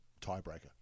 tiebreaker